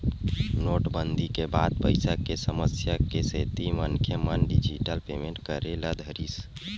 नोटबंदी के बाद पइसा के समस्या के सेती मनखे मन डिजिटल पेमेंट करे ल धरिस